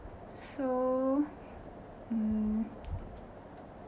so mm